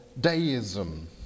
deism